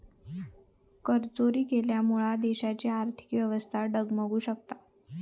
करचोरी केल्यामुळा देशाची आर्थिक व्यवस्था डगमगु शकता